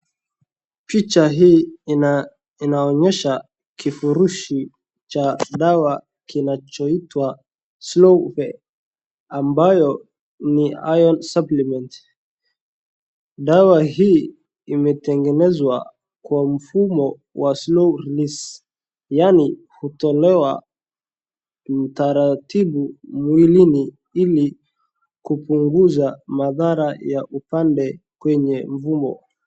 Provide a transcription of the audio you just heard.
Picha hii inaonyesha kifurushi cha dawa kinachoitwa slowfe[cd] ambayo ni iron supplement . Dawa hii imetengenezwa kwa mfumo wa slow miss yaani hutolewa taratibu mwilini ili kupunguza madhara ya upande kwenye mfumo.